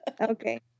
Okay